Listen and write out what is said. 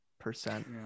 percent